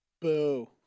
Boo